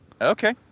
Okay